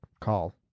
call